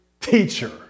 teacher